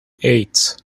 eight